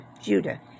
Judah